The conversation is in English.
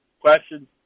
Question